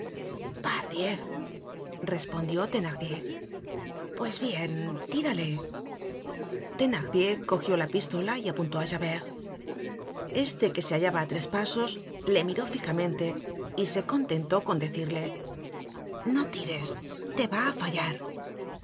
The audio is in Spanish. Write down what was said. respondió thenardier pues bien tírale thenardier cogió la pistola y apuntó á javert este que se hallaba á tres pasos le miró fijamente y se contentó con decirle no tires te va á fallar